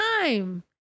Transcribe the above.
time